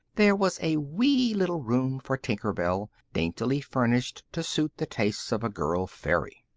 there was a wee little room for tinker bell, daintily furnished to suit the tastes of girl fairy.